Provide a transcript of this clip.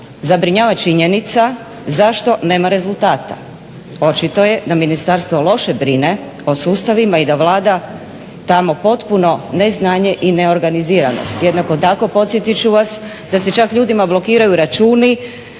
zabrinjava činjenica zašto nema rezultata. Očito je da ministarstvo loše brine o sustavima i da vlada tamo potpuno neznanje i neorganiziranost. Jednako tako podsjetiti ću vas da se čak ljudima blokiraju računi